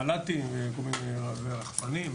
מל"טים ורחפנים,